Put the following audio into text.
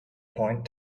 point